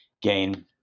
gain